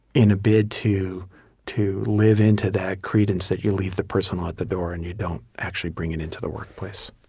in a bid to to live into that credence that you leave the personal at the door, and you don't actually bring it into the workplace